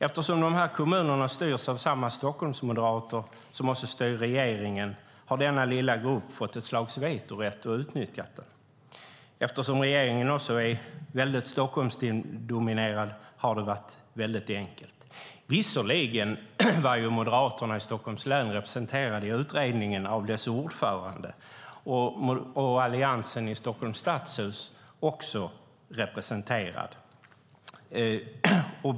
Eftersom dessa kommuner styrs av samma Stockholmsmoderater som också styr regeringen har denna lilla grupp fått ett slags vetorätt och utnyttjat den. Eftersom regeringen också är Stockholmsdominerad har det varit enkelt. Visserligen var Moderaterna i Stockholms län representerade i utredningen av dess ordförande. Alliansen i Stockholms stadshus var också representerad.